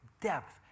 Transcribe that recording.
depth